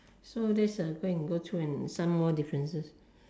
so just uh go and go through and some more differences